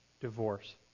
divorce